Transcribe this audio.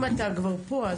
אם אתה כבר פה,